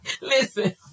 Listen